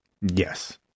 Yes